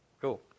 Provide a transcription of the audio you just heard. Cool